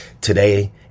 Today